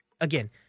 again